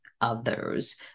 others